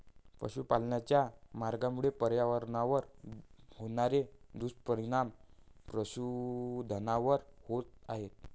पशुपालनाच्या मार्गामुळे पर्यावरणावर होणारे दुष्परिणाम पशुधनावर होत आहेत